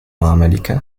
عملك